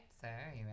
sir